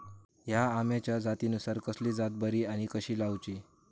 हया आम्याच्या जातीनिसून कसली जात बरी आनी कशी लाऊची?